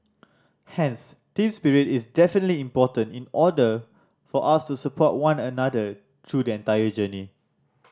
hence team spirit is definitely important in order for us to support one another through the entire journey